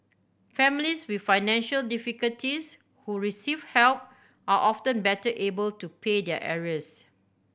families with financial difficulties who receive help are often better able to pay their arrears